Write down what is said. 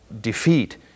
defeat